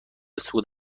سقوط